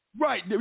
right